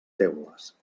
teules